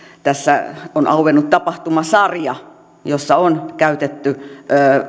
tässä on auennut tapahtumasarja jossa on käytetty